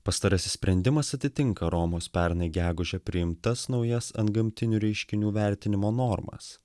pastarasis sprendimas atitinka romos pernai gegužę priimtas naujas antgamtinių reiškinių vertinimo normas